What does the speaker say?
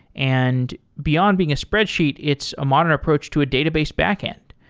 and beyond being a spreadsheet, it's a modern approach to a database backend.